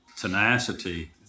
tenacity